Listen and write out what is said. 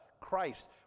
Christ